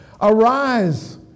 Arise